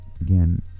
again